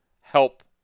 help